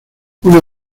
una